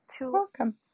Welcome